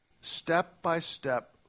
step-by-step